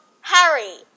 Harry